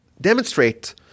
demonstrate